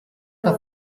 que